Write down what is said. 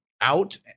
out